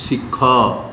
ଶିଖ